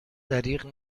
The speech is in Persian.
دریغ